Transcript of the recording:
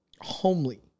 homely